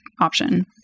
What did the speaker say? option